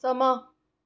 समां